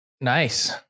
Nice